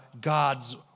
God's